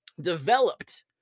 developed